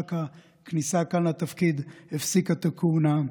שרק הכניסה כאן לתפקיד הפסיקה את הכהונה שלה.